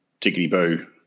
tickety-boo